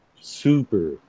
Super